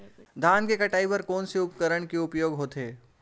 धान के कटाई बर कोन से उपकरण के उपयोग होथे?